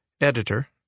Editor